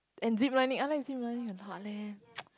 and ziplining I like ziplining a lot leh